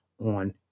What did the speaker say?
on